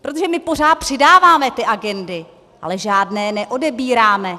Protože my pořád přidáváme ty agendy, ale žádné neodebíráme.